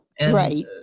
right